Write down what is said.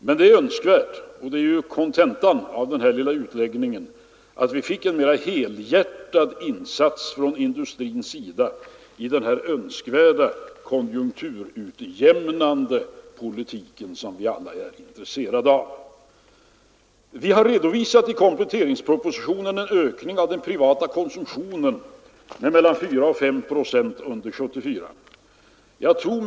Men det är önskvärt — och det är kontentan av denna lilla utläggning — att vi får en mera helhjärtad insats från industrihåll i den önskvärda konjunkturutjämnande politik som vi alla är intresserade av att föra. I kompletteringspropositionen har vi redovisat en ökning av den privata konsumtionen på mellan 4 och 5 procent under 1974.